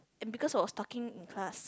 and because I was talking in class